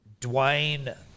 Dwayne